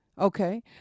okay